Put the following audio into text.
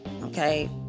Okay